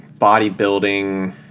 Bodybuilding